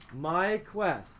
MyQuest